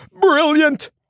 Brilliant